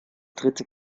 dritte